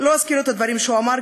לא אזכיר את הדברים שהוא אמר,